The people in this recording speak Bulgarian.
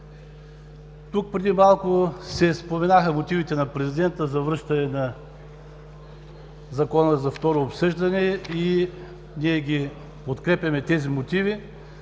Тук преди малко се споменаха мотивите на президента за връщане на Закона за второ обсъждане. Ние подкрепяме тези мотиви,